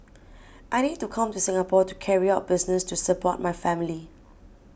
I need to come to Singapore to carry out business to support my family